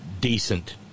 decent